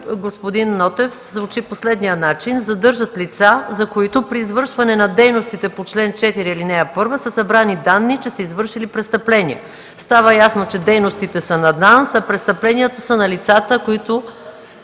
редакция звучи по следния начин: „задържат лица, за които при извършване на дейностите по чл. 4, ал. 1, са събрани данни, че са извършили престъпление;”. Става ясно, че дейностите са на ДАНС, а престъпленията са на лицата, които